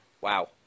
Wow